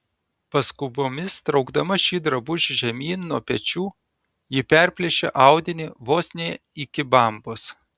paskubomis traukdama šį drabužį žemyn nuo pečių ji perplėšė audinį vos ne iki bambos